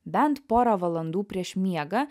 bent porą valandų prieš miegą